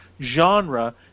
genre